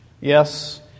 Yes